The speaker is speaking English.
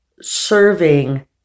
serving